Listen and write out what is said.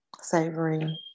savory